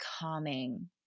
calming